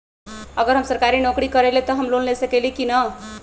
अगर हम सरकारी नौकरी करईले त हम लोन ले सकेली की न?